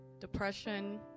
depression